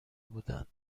بودند